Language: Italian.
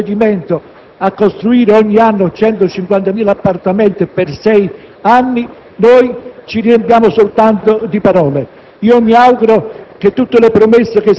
Mentre la Francia provvede con un provvedimento a costruire ogni anno 150.000 appartamenti per sei anni, noi ci riempiamo soltanto di parole.